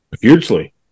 hugely